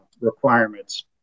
requirements